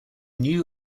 new